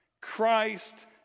Christ